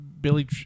Billy